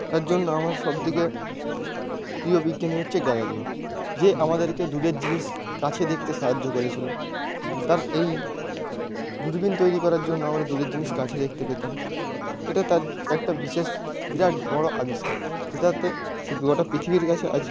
তার জন্য আমার সবথেকে প্রিয় বিজ্ঞানী হচ্ছে গ্যালিলিও যে আমাদেরকে দূরের জিনিস কাছে দেখতে সাহায্য করেছিল তাঁর এই দূরবীন তৈরি করার জন্য আমরা দূরের জিনিস কাছে দেখতে পেতাম এটা তাঁর একটা বিশেষ বিরাট বড় আবিষ্কার যেটাতে সে গোটা পৃথিবীর কাছে আজ